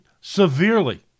severely